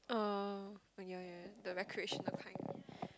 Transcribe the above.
oh oh yeah yeah yeah the recreational kind